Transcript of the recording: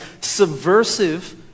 subversive